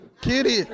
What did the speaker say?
Kitty